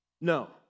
No